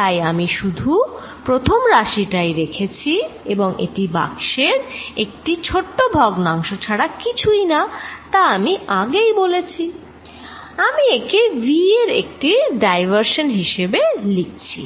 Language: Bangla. তাই আমি শুধু প্রথম রাশি টাই রেখেছি এবং এটি বাক্সের একটি ছোট ভগ্নাংশ ছাড়া কিছুই না তা আমি আগেই বলেছি আমি একে v এর একটি ডাইভার্শন হিসেবে লিখছি